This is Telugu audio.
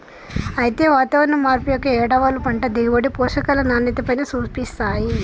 అయితే వాతావరణం మార్పు యొక్క ఏటవాలు పంట దిగుబడి, పోషకాల నాణ్యతపైన సూపిస్తాయి